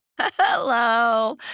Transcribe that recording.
Hello